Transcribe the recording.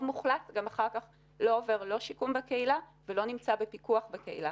מוחלט אחר כך לא עובר לא שיקום בקהילה ולא נמצא בפיקוח בקהילה.